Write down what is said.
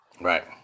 Right